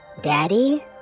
Daddy